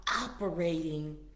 operating